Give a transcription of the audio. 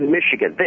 Michigan